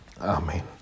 Amen